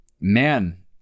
man